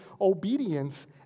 obedience